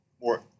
more